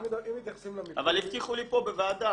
אבל הבטיחו לי פה בוועדה.